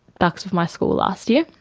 dux of my school last year,